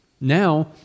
Now